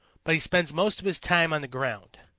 but he spends most of his time on the ground.